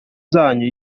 zanyu